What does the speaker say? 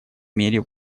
мере